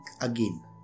again